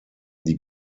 die